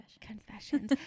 confessions